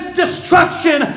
destruction